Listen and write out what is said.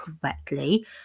correctly